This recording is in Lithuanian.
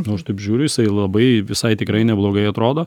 nu aš taip žiūriu jisai labai visai tikrai neblogai atrodo